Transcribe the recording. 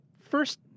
first